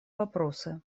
вопросы